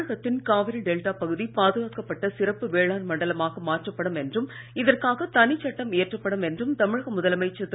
தமிழகத்தின் காவிரி டெல்டா பகுதி பாதுகாக்கப்பட்ட சிறப்பு வேளாண் மண்டலமாக மாற்றப்படும் என்றும் இதற்காக தனி சட்டம் இயற்றப்படும் என்றும் தமிழக முதலமைச்சர் திரு